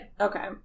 Okay